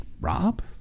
Rob